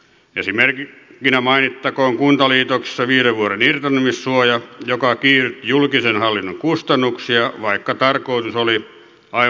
esimerkkinä mainittakoon kuntaliitoksissa viiden vuoden irtisanomissuoja joka kiihdytti julkisen hallinnon kustannuksia vaikka tarkoitus oli aivan toinen